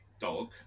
dog